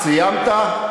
סיימת?